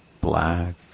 black